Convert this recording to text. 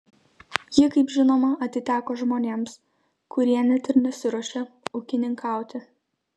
ji kaip žinoma atiteko žmonėms kurie net ir nesiruošia ūkininkauti